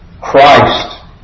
Christ